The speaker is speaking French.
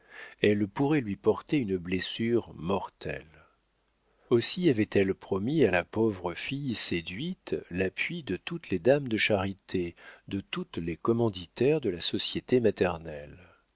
elle pourrait lui porter une blessure mortelle aussi avait-elle promis à la pauvre fille séduite l'appui de toutes les dames de charité de toutes les commanditaires de la société maternelle